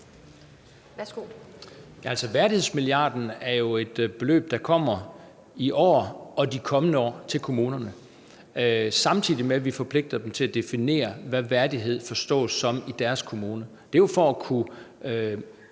værdighedsmilliarden er jo et beløb, der kommer i år og de kommende år til kommunerne, samtidig med at vi forpligter dem til at definere, hvad værdighed forstås som i deres kommune.